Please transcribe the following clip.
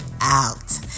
out